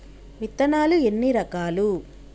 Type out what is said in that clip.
విత్తనాలు ఎన్ని రకాలు?